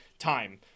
time